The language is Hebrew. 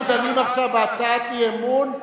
אנחנו דנים עכשיו בהצעת אי-אמון,